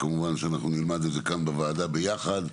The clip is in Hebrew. כמובן שאנחנו נלמד את זה כאן בוועדה ביחד,